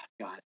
God